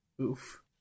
Oof